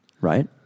right